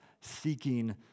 seeking